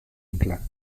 inclán